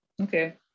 Okay